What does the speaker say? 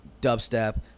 dubstep